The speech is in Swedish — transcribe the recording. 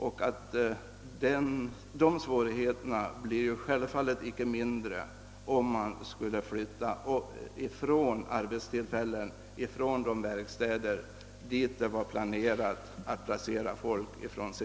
Dessa svårigheter blir självfallet inte mindre, om man skulle flytta arbetstillfällen från de verkstäder dit man planerat att placera folk från CVV.